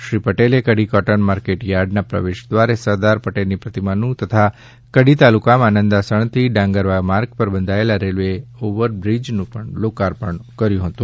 શ્રી નિતીન પટેલે Kadi cotton market યાર્ડના પ્રવેશદ્વારે સરદાર પટેલની પ્રતિમાનું તથા કડી તાલુકામાં નંદાસણથી ડાંગરવા માર્ગ પર બંધાયેલા રેલવે ઓવરબ્રિજનું લોકાર્પણ કર્યું હતું